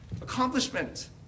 accomplishment